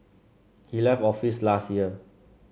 he left office last year